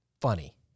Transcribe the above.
funny